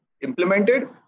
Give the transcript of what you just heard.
implemented